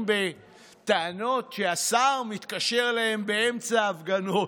בטענות שהשר מתקשר אליהם באמצע הפגנות,